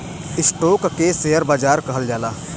stock के share बाजार कहल जाला